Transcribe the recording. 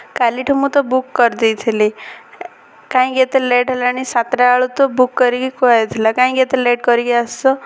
କାଲିଠୁ ମୁଁ ତ ବୁକ୍ କରିଦେଇଥିଲି କାହିଁକି ଏତେ ଲେଟ୍ ହେଲାଣି ସାତଟାବେଳୁ ତ ବୁକ୍ କରିକି କୁହାଇଥିଲା କାହିଁକି ଏତେ ଲେଟ୍ କରିକି ଆସିଛ